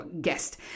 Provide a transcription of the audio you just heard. guest